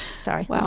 Sorry